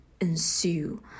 ensue